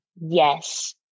yes